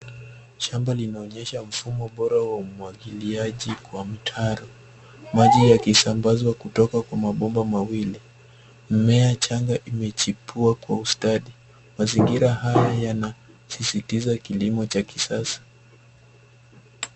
Shamba linaonyesha mfumo bora wa umwagiliaji kwa mtaro, maji yakisambazwa kutoka kwa mabomba mawili mmea changa imechipua kwa ustadi. Mazingira haya yanasisitiza kilimo cha kisasa.